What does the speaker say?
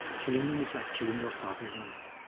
killing them was like killing your father and your mother,